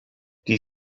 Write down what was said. die